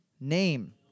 name